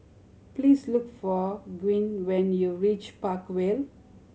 please look for Gwyn when you reach Park Vale